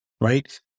right